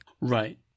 Right